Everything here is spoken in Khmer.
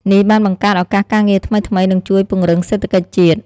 នេះបានបង្កើតឱកាសការងារថ្មីៗ និងជួយពង្រឹងសេដ្ឋកិច្ចជាតិ។